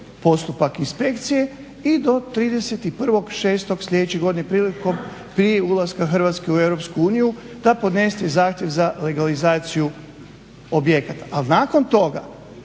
postupak inspekcije i do 31.6.sljedće godine prilikom prije ulaska Hrvatske u EU da podnesete zahtjev za legalizaciju objekata,